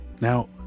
Now